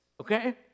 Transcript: okay